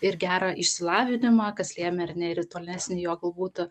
ir gerą išsilavinimą kas lėmė ar ne ir tolesnį jo galbūt